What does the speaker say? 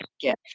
gift